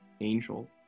Angel